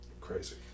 Crazy